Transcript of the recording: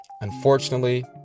unfortunately